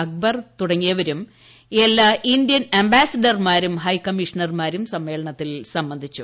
അക്ബർ തുടങ്ങിയവരും എല്ലാ ഇന്ത്യൻ അംബാസിഡർമാരും ഹൈക്കമ്മീഷണർമാരും സമ്മേളനത്തിൽ സംബന്ധിച്ചു